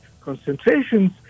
concentrations